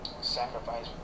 sacrifice